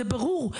זה ברור.